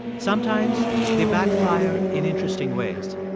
sometimes they backfire in interesting ways.